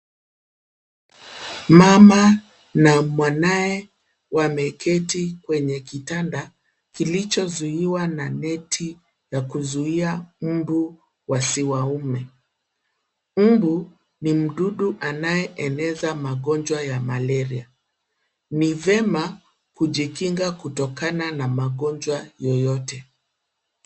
Mama na mwanae wameketi kwenye kitanda, kilichozuiwa na neti ya kuzuia mbu wasiwaume. Mbu ni mdudu anayeeneza magonjwa ya malaria. Ni vema kujikinga kutokana na magonjwa yoyote.